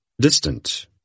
distant